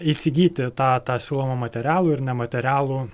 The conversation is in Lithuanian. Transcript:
įsigyti tą tą siūlomą materialų ir nematerialų